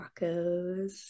tacos